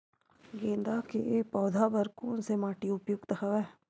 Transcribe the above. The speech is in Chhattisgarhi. गेंदा के पौधा बर कोन से माटी उपयुक्त हवय?